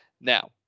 Now